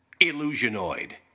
Illusionoid